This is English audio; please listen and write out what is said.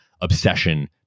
obsession